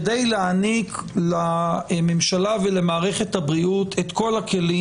כדי להעניק לממשלה ולמערכת הבריאות את כל הכלים